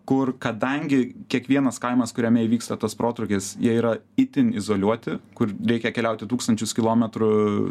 kur kadangi kiekvienas kaimas kuriame įvyksta tas protrūkis jie yra itin izoliuoti kur reikia keliauti tūkstančius kilometrų